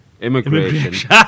Immigration